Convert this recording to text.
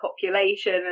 population